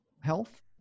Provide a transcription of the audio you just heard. health